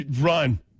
run